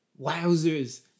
wowzers